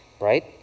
right